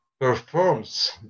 performs